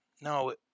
No